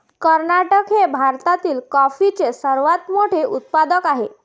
कर्नाटक हे भारतातील कॉफीचे सर्वात मोठे उत्पादक आहे